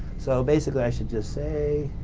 so basically, i should just say